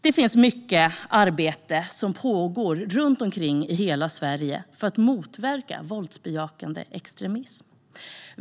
Det finns mycket arbete som pågår runt omkring i hela Sverige för att motverka våldsbejakande extremism.